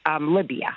Libya